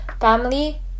family